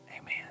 Amen